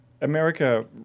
America